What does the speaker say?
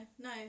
no